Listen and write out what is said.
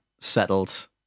settled